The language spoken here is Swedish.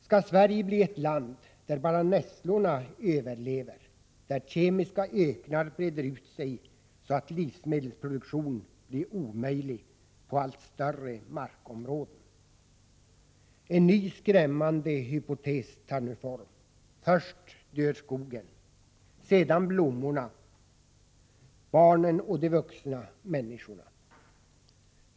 Skall Sverige bli ett land där bara nässlorna överlever, där kemiska öknar breder ut sig så att livsmedelsproduktion blir omöjlig på allt större markområden? En ny skrämmande hypotes tar nu form: Först dör skogen, sedan blommorna, barnen och de vuxna människorna.